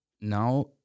now